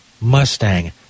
Mustang